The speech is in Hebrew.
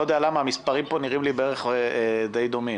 אני לא יודע למה, המספרים פה נראים לי די דומים.